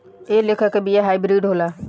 एह लेखा के बिया हाईब्रिड होला